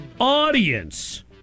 audience